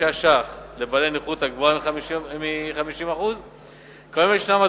שקלים לבעלי נכות הגבוהה מ- 50%. כיום ישנם,